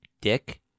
dick